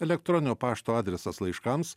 elektroninio pašto adresas laiškams